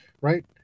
right